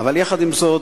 אבל יחד עם זאת